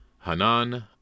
Hanan